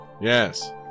Yes